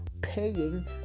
paying